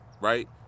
right